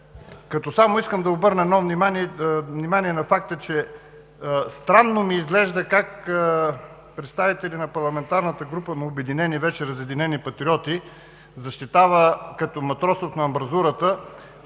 като само искам да обърна едно внимание на факта, че странно ми изглежда как представители на парламентарната група на „Обединени“ – вече разединени „патриоти“ защитава като Матросов на амбразурата